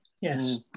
Yes